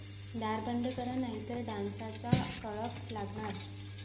दार बंद करा नाहीतर डासांचा कळप लागणार